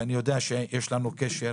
ואני יודע שיש לנו קשר,